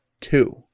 two